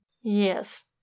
Yes